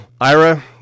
Ira